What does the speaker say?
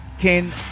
Ken